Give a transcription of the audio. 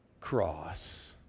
cross